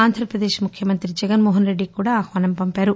ఆంధ్రప్రదేశ్ ముఖ్యమంత్రి జగన్మోహన్రెడ్లికి కూడా ఆహ్వానం పంపారు